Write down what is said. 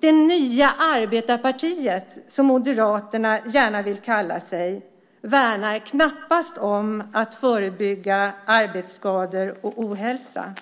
Det nya arbetarpartiet som Moderaterna gärna vill kalla sig värnar knappast om att förebygga arbetsskador och ohälsa.